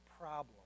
problem